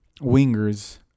wingers